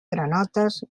granotes